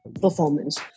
performance